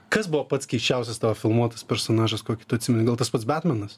kas buvo pats keisčiausias tavo filmuotas personažas kokį tu atsimeni gal tas pats betmanas